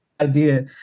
idea